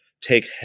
take